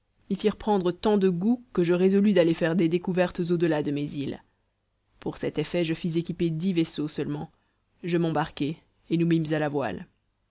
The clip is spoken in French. m'y firent prendre tant de goût que je résolus d'aller faire des découvertes au delà de mes îles pour cet effet je fis équiper dix vaisseaux seulement je m'embarquai et nous mîmes à la voile